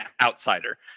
outsider